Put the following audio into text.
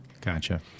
Gotcha